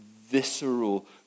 visceral